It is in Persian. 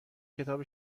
کتاب